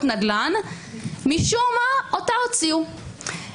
נדל"ן משום מה הוציאו אותה מחוק ההסדרים האחרון.